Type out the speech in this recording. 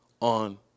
On